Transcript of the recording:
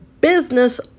business